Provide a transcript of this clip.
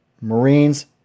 Marines